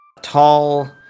tall